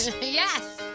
Yes